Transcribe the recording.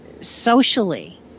socially